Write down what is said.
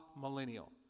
millennial